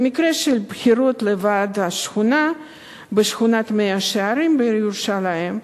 במקרה של בחירות לוועד השכונה בשכונת מאה-שערים בירושלים,